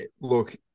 look